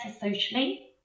socially